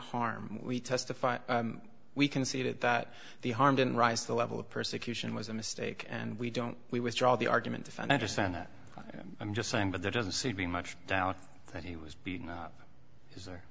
harm we testified we conceded that the harm didn't rise to the level of persecution was a mistake and we don't we withdraw the argument defend understand that i'm just saying but there doesn't seem to be much doubt that he was beaten up